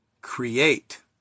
create